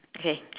okay